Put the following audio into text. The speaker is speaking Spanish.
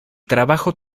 trabajo